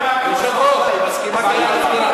היא מסכימה כלכלה.